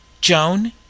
Joan